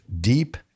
deep